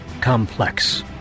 complex